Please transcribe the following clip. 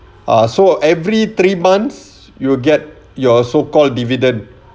ah so every three months you will get your so called dividend